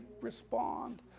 respond